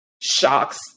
shocks